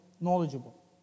knowledgeable